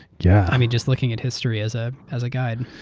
yeah just looking at history as ah as a guide.